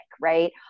right